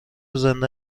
زنده